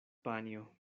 panjo